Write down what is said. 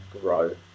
grow